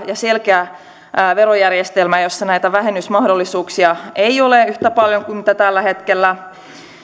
ja selkeä verojärjestelmä jossa näitä vähennysmahdollisuuksia ei ole yhtä paljon kuin tällä hetkellä